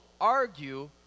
argue